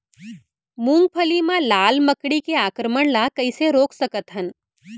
मूंगफली मा लाल मकड़ी के आक्रमण ला कइसे रोक सकत हन?